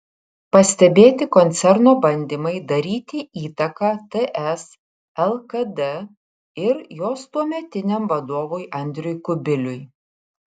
pastebėti koncerno bandymai daryti įtaką ts lkd ir jos tuometiniam vadovui andriui kubiliui